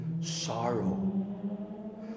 sorrow